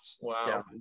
wow